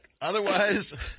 Otherwise